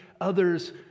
others